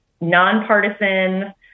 nonpartisan